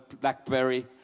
Blackberry